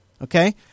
okay